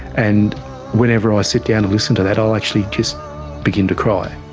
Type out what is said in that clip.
and whenever i sit down and listen to that i'll actually just begin to cry.